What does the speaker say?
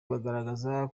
bagaragazaga